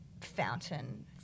fountain